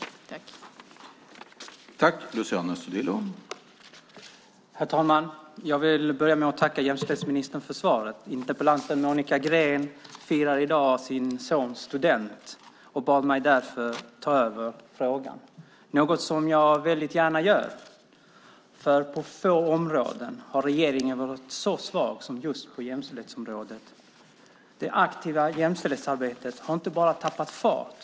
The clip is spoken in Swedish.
Då Monica Green, som framställt interpellationen, anmält att hon var förhindrad att närvara vid sammanträdet medgav talmannen att Luciano Astudillo i stället fick delta i överläggningen.